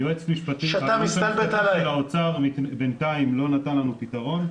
היועץ משפטי של האוצר בינתיים לא נתן לנו פתרון.